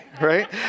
right